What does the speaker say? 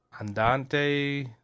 Andante